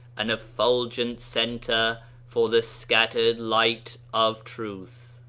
an effulgent centre for the scattered light of truth.